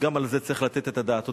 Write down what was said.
וגם על זה צריך לתת את הדעת.